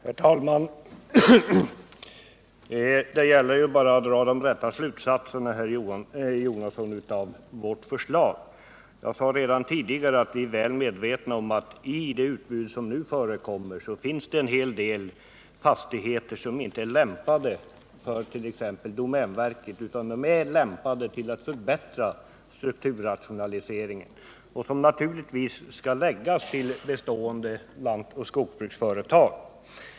Herr talman! Det gäller ju bara att dra de riktiga slutsatserna av vårt förslag, herr Jonasson. Jag sade redan tidigare att vi är väl medvetna om att det i de utbud som nu förekommer även finns en hel del fastigheter som inte är lämpade för t.ex. domänverket utan som är mer lämpade för att förbättra strukturrationaliseringen. Sådana bör naturligtvis läggas till bestående lantoch skogsbruksföretag.